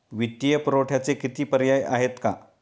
वित्तीय पुरवठ्याचे किती पर्याय आहेत का?